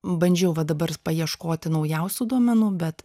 bandžiau va dabar paieškoti naujausių duomenų bet